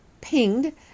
pinged